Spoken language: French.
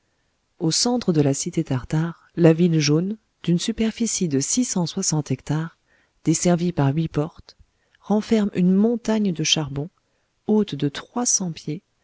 au centre de la cité tartare la ville jaune d'une superficie de six cent soixante hectares desservie par huit portes renferme une montagne de charbon haute de trois cents pieds